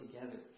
together